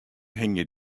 hingje